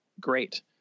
great